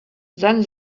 then